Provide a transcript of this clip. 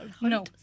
No